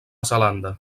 zelanda